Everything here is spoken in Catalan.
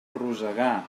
rosegar